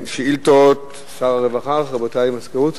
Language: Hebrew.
שר הרווחה, רבותי, המזכירות?